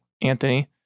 Anthony